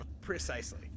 Precisely